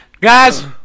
Guys